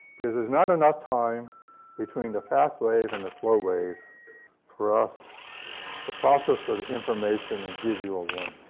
because there's not enough time between the fast wave and the slow wave for us to process the information and give you a warning.